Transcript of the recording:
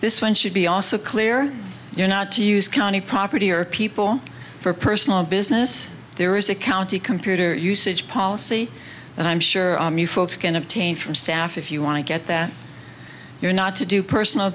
this one should be also clear you're not to use county property or people for personal business there is a county computer usage policy and i'm sure you folks can obtain from staff if you want to get that you're not to do personal